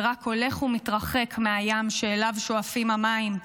ורק הולך ומתרחק מהים שאליו שואפים המים.